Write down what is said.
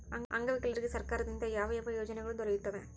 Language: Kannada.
ಅಂಗವಿಕಲರಿಗೆ ಸರ್ಕಾರದಿಂದ ಯಾವ ಯಾವ ಯೋಜನೆಗಳು ದೊರೆಯುತ್ತವೆ?